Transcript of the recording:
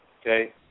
Okay